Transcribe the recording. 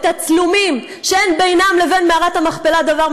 תצלומים שאין בינם לבין מערת המכפלה דבר,